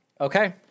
Okay